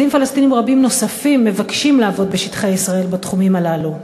עובדים פלסטינים רבים נוספים מבקשים לעבוד בשטחי ישראל בתחומים הללו.